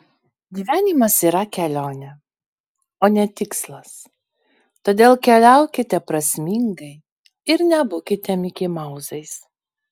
gyvenimas yra kelionė o ne tikslas todėl keliaukite prasmingai ir nebūkite mikimauzais